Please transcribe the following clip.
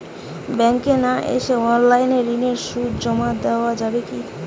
ব্যাংকে না এসে অনলাইনে ঋণের সুদ জমা দেওয়া যাবে কি?